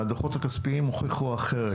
הדוחות הכספיים הוכיחו אחרת,